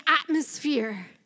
atmosphere